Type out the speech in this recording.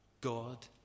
God